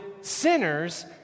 sinners